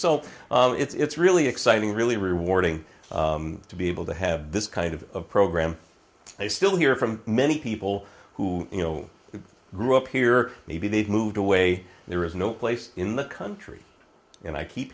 so it's really exciting really rewarding to be able to have this kind of program they still hear from many people who you know who grew up here maybe they've moved away there is no place in the country and i keep